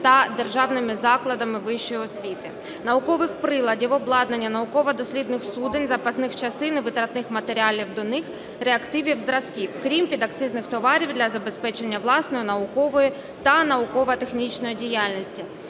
та державними закладами вищої освіти наукових приладів, обладнання, науково-дослідних суден, запасних частин і витратних матеріалів до них, реактивів, зразків (крім підакцизних товарів) для забезпечення власної наукової та науково-технічної діяльності.